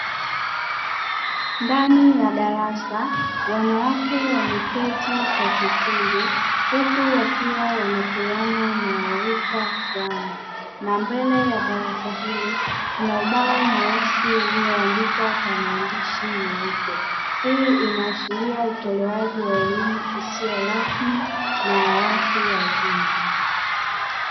Ndani ya darasa wanawake wameketi kwa kikundi, huku wakiwa wanapeana maarifa fulani na mbele ya darasa hilo kuna ubao mweusi ulioandikwa kwa maandishi meupe; hii inaashiria utolewaji wa elimu isiyo rasmi na ya watu wazima.